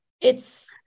it's-